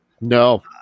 No